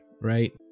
Right